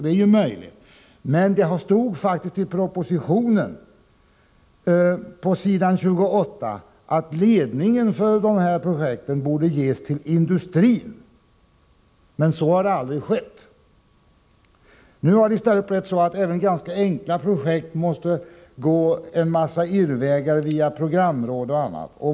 Det är ju möjligt, men det stod faktiskt i propositionen, på s. 28, att ledningen för projekten borde ges till industrin. Så har dock aldrig skett. I stället har det blivit så att även ganska enkla projekt måste gå en mängd irrvägar via programråd och annat.